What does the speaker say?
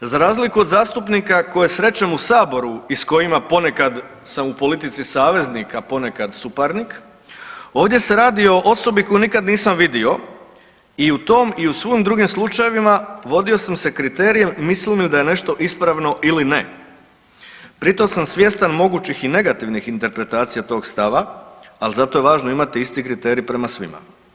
Za razliku od zastupnika koje srećem u saboru i s kojima ponekad sam u politici saveznik, a ponekad suparnik ovdje se radi o osobi koju nikad nisam vidio i u tom i u svim drugim slučajevima vodio sam se kriterijem mislim li da je nešto ispravno ili ne, pri tom sam svjestan mogućih i negativnih interpretacija tog stava, ali zato je važno imati isti kriterij prema svima.